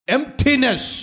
Emptiness